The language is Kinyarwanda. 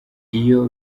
iyo